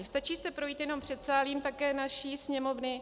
Stačí se projít jenom předsálím také naší Sněmovny.